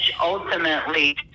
ultimately